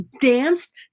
danced